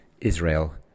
Israel